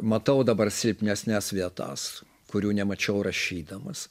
matau dabar silpnesnes vietas kurių nemačiau rašydamas